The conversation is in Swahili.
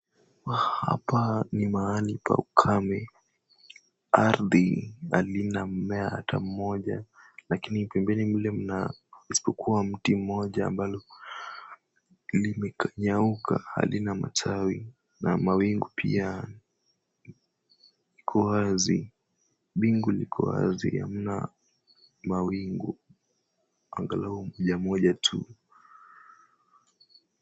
Hapa ni mahali pa ukamwe. Ardhi halinammea hata mmoja. Lakini pembeni mle mna isipokuwa mti mmoja ambalo limenyauka halina matawi na mawingu pia iko wazi. Bingu liko wazi hamna mawingu angalau moja moja tu.